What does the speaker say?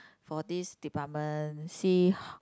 for this department see